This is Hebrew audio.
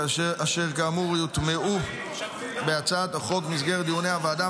אשר כאמור יוטמעו בהצעת החוק במסגרת דיוני הוועדה,